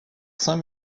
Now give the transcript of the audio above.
saint